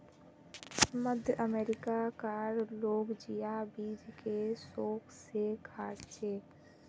मध्य अमेरिका कार लोग जिया बीज के शौक से खार्चे